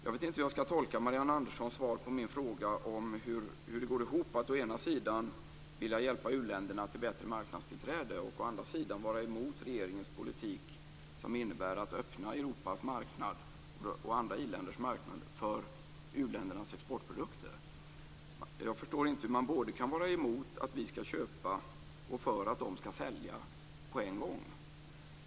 Jag vet inte hur jag skall tolka Marianne Anderssons svar på min fråga om hur det går ihop att å ena sidan vilja hjälpa u-länderna att få bättre marknadstillträde och å andra sidan vara emot regeringens politik som innebär att öppna Europas och andra iländers marknader för u-ländernas exportprodukter. Jag förstår inte hur man både kan vara emot att vi skall köpa och för att de skall sälja på en gång.